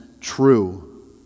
true